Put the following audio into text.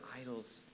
idols